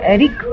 Eric